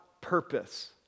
purpose